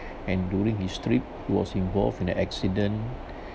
and during his trip was involved in an accident